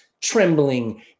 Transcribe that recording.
trembling